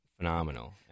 Phenomenal